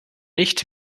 nicht